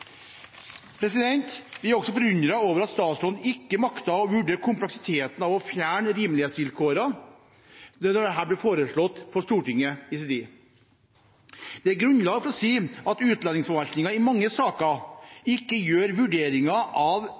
Vi er også forundret over at statsråden ikke maktet å vurdere kompleksiteten av å fjerne rimelighetsvilkårene da dette i sin tid ble foreslått for Stortinget. Det er grunnlag for å si at utlendingsforvaltningen i mange saker ikke gjør vurderinger av